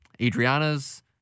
Adriana's